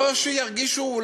לא שירגישו,